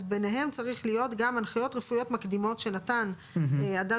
אז ביניהם צריך להיות גם הנחיות רפואיות מקדימות שנתן אדם